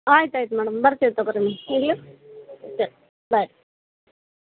ಆಯ್ತು ಆಯ್ತು ಮೇಡಮ್ ಬರ್ತೀವಿ ತಗೊರಿ ಇಡಲಾ ಸರಿ ಬಾಯ್